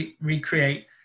recreate